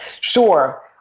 Sure